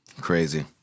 Crazy